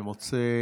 אני מוצא